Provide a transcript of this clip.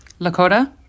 Lakota